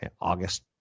August